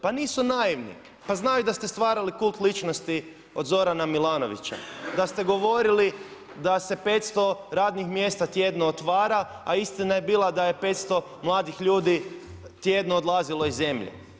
Pa nisu naivni, pa znaju da ste stvarali kult ličnosti od Zorana Milanovića, da ste govorili da se 500 radnih mjesta tjedno otvara, a istina je bila da je 500 mladih ljudi tjedno odlazilo iz zemlje.